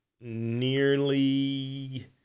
nearly